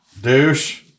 douche